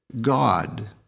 God